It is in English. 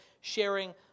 sharing